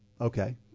okay